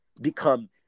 become